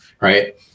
right